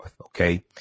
okay